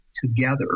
together